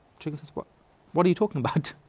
chicken says, what what are you talking about?